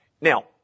Now